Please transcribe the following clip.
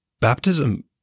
baptism –